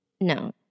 No